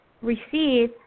receive